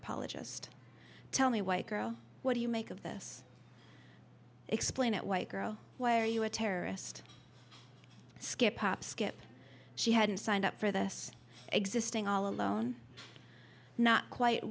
apologist tell me white girl what do you make of this explain it white girl why are you a terrorist skip hop skip she hadn't signed up for this existing all alone not quite